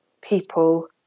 people